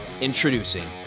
Introducing